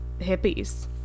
hippies